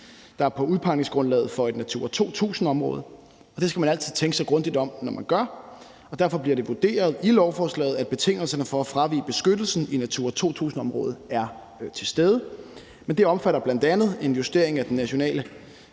der er på udpegningsgrundlaget for et Natura 2000-område, og man skal altid tænke sig grundigt om, når man har med det at gøre, og derfor bliver det vurderet i lovforslaget, at betingelserne for at fravige beskyttelsen i Natura 2000-området er til stede. For når vi justerer det her testcenter, er det at